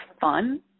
fun